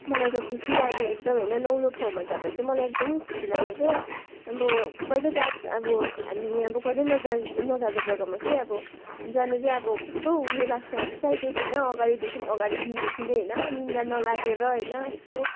मलाई त खुसी लाग्यो एकदम होइन नौलो ठाउँमा जाँदा चाहिँ मलाई एकदम खुसी लाग्यो क्या अब कहिले गएको अब हामी अब कहिले नजा नगएको जग्गामा के अब जानु चाहिँ अब कस्तो उयो लाग्छ नि एक्साइटेड होइन अगाडिदेखि अगाडि दिनदेखि नै होइन निद्रा नलागेर होइन यस्तो